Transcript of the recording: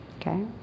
Okay